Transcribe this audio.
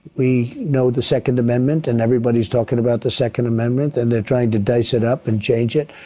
we know the second amendment and everyone is talking about the second amendment and they are trying to dice it up and change it,